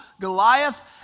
Goliath